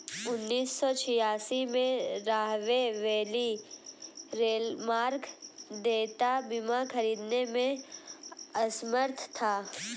उन्नीस सौ छियासी में, राहवे वैली रेलमार्ग देयता बीमा खरीदने में असमर्थ था